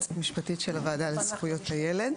יועצת משפטית של הוועדה לזכויות הילד.